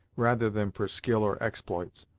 rather than for skill or exploits,